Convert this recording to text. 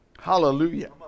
Hallelujah